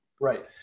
Right